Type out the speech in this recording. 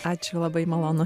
ačiū labai malonu